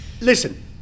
Listen